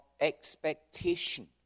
expectation